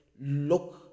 look